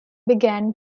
began